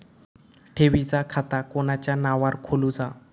ठेवीचा खाता कोणाच्या नावार खोलूचा?